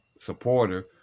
supporter